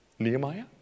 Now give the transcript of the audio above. Nehemiah